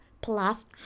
plus